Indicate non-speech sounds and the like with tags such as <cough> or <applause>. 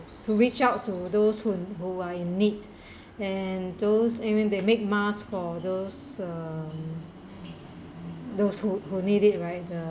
to reach out to those who who are in need <breath> and those even they make mask for those uh those who who need it right the